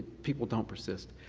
people don't persist.